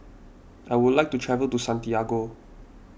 I would like to travel to Santiago